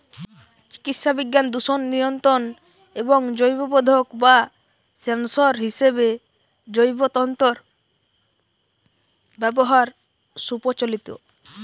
চিকিৎসাবিজ্ঞান, দূষণ নিয়ন্ত্রণ এবং জৈববোধক বা সেন্সর হিসেবে জৈব তন্তুর ব্যবহার সুপ্রচলিত